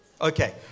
Okay